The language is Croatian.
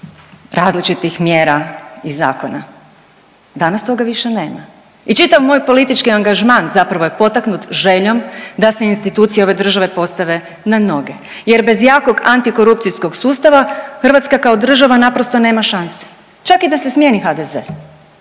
različitih mjera i zakona. Danas toga više nema. I čitav moj politički angažman zapravo je potaknut željom da se institucije ove države postave na noge jer bez jakog antikorupcijskog sustava Hrvatska kao država naprosto nema šanse. Čak i da se smijeni HDZ.